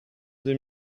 deux